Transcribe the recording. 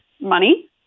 money